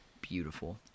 beautiful